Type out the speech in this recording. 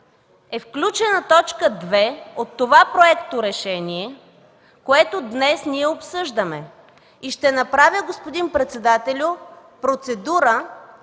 е включена точка 2 от това Проекторешение, което днес ние обсъждаме? И ще направя, господин председател, процедура